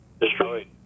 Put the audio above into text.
destroyed